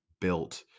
built